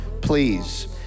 please